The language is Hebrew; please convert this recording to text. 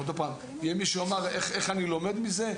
עוד פעם, אם מישהו שאל "איך אני לומד מזה?"